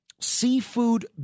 Seafood